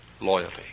Loyalty